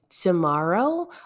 Tomorrow